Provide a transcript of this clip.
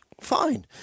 fine